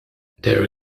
their